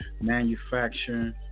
manufacturing